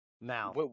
Now